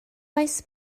oes